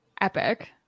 Epic